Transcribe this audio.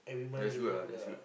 that's good ah that's good